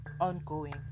ongoing